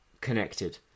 connected